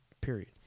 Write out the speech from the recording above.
period